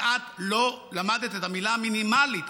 ואת לא למדת את המילה מינימלית.